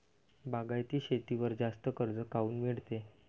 बागायती शेतीवर जास्त कर्ज काऊन मिळते?